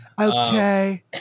Okay